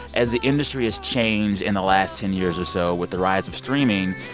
as the industry has changed in the last ten years or so with the rise of streaming,